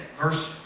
Verse